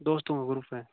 दोस्तों का ग्रुप है